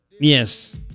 yes